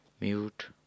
mute